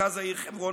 מרכז העיר חברון,